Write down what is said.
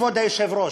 כבוד היושב-ראש,